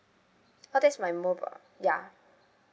oh that's my mobile ya